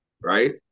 right